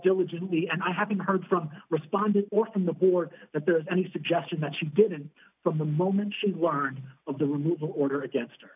diligently and i haven't heard from responded or from the board that there's any suggestion that she did and from the moment she warned of the removal order against her